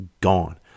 gone